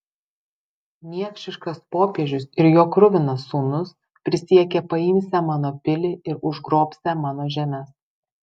niekšiškas popiežius ir jo kruvinas sūnus prisiekė paimsią mano pilį ir užgrobsią mano žemes